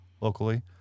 locally